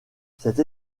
cette